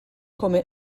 come